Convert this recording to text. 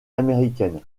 américaine